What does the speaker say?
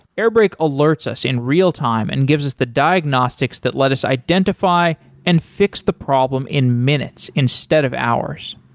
airbrake alerts us in real time and gives us the diagnostics that let us identify and fix the problem in minutes instead of hours.